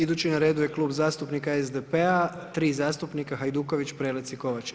Idući na redu je Klub zastupnika SDP-a, tri zastupnika Hajduković, Prelec i Kovač.